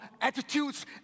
attitudes